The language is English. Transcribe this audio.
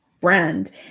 brand